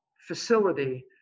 facility